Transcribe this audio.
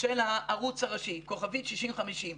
של הערוץ הראשי, 6050 *,